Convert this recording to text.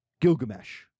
Gilgamesh